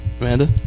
Amanda